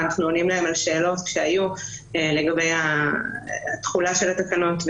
אנחנו גם עונים להם על שאלות כשהיו לגבי התחולה של התקנות.